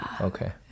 Okay